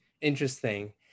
Interesting